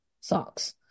socks